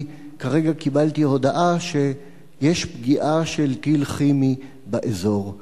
כי כרגע קיבלתי הודעה שיש פגיעה של טיל כימי באזור.